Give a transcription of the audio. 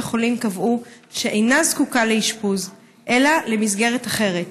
החולים קבעו שאינה זקוקה לאשפוז אלא למסגרת אחרת.